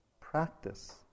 practice